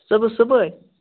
صُبحَس صُبحٲے